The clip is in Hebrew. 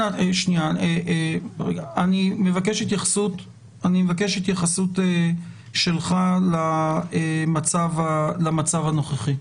אני מבקש התייחסות שלך למצב הנוכחי.